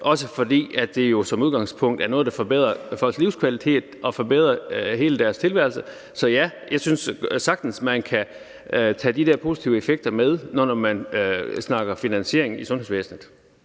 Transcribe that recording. også fordi det jo som udgangspunkt er noget, der forbedrer folks livskvalitet og forbedrer hele deres tilværelse. Så ja, jeg synes, at man sagtens kan tage de der positive effekter med, når man snakker finansiering i sundhedsvæsenet.